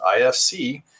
IFC